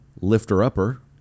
lifter-upper